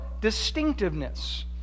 distinctiveness